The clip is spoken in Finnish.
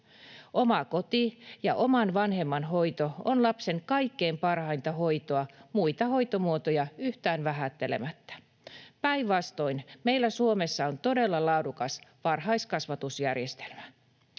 Oma koti ja oman vanhemman hoito on lapsen kaikkein parhainta hoitoa muita hoitomuotoja yhtään vähättelemättä. Päinvastoin, meillä Suomessa on todella laadukas varhaiskasvatusjärjestelmä.